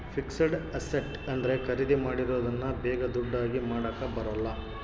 fixed asset ಅಂದ್ರೆ ಖರೀದಿ ಮಾಡಿರೋದನ್ನ ಬೇಗ ದುಡ್ಡು ಆಗಿ ಮಾಡಾಕ ಬರಲ್ಲ